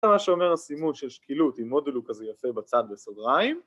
עחענ יחנ